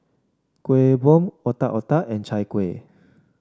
Kueh Bom Otak Otak and Chai Kueh